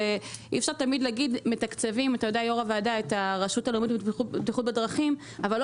אי אפשר תמיד להגיד שמתקצבים את הרשות הלאומית לבטיחות בדרכים אבל לא